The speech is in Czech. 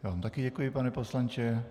Já vám také děkuji, pane poslanče.